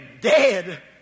dead